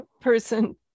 person